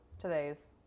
today's